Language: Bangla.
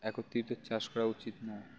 একত্রিত চাষ করা উচিত না